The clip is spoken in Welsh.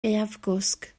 gaeafgwsg